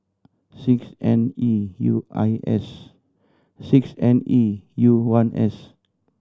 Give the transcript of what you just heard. six N E U I S six N E U one S